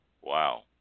Wow